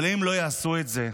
אבל אם הם לא יעשו את זה,